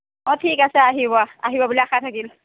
অঁ ঠিক আছে আহিব আহিব বুলি আশা থাকিল